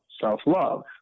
self-love